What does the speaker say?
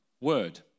word